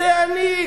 זה אני.